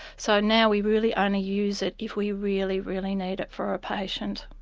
so now we really only use it if we really, really need it for a patient.